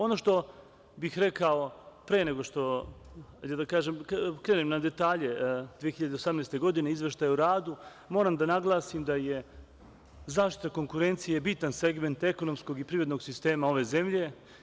Ono što bih rekao pre nego što krenem na detalje u 2018. godini o Izveštaju o radu, moram da naglasim da je zaštita konkurencije bitan segment ekonomskog i privrednog sistema ove zemlje.